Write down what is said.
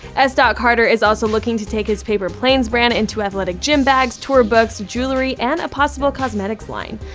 s. dot carter is also looking to take his paper planes brand into athletic gym bags, tour books, jewelry and a possible cosmetics line.